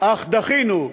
אך דחינו,